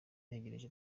ntegereje